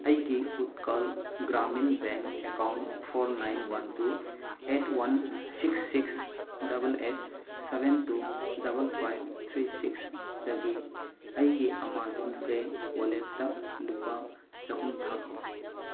ꯑꯩꯒꯤ ꯎꯠꯀꯜ Gramin bank account four nine one two eight one six six double eight seven two double five three six ꯗꯒꯤ ꯑꯩꯒꯤ Amazon pay ꯋꯥꯜꯂꯦꯠꯇ ꯂꯨꯄꯥ ꯆꯍꯨꯝ ꯊꯥꯈꯣ